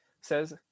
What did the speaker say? says